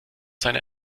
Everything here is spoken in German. seine